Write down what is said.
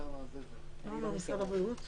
משרד הבריאות,